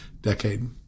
decade